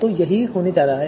तो यही होने जा रहा है